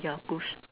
ya bush